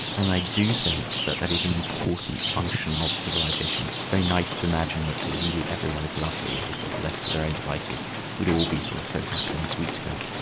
and i do think that that is an important function of civilisation. it's very nice to imagine that really everyone is lovely, and just sort of left to their own devices we'd all be sort of so happy and sweet together.